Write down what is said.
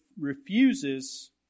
refuses